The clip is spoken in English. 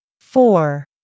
four